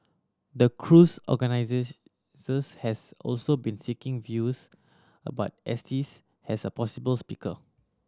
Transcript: the cruise has also been seeking views about Estes as a possible speaker